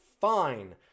fine